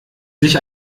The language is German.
sich